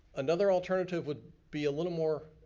another alternative would be a little more,